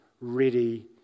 ready